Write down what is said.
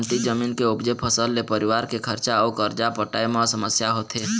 कमती जमीन के उपजे फसल ले परिवार के खरचा अउ करजा पटाए म समस्या होथे